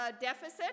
deficit